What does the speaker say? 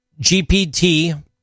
GPT